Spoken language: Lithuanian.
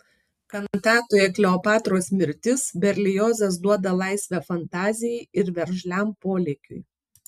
kantatoje kleopatros mirtis berliozas duoda laisvę fantazijai ir veržliam polėkiui